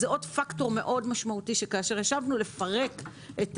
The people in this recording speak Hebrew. זה עוד פקטור משמעותי שכאשר ישבנו לפרק את